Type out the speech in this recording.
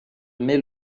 met